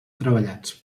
treballats